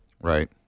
right